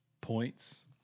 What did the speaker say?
points